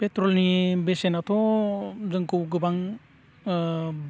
पेट्रलनि बेसेनाथ' जोंखौ गोबां